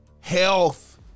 Health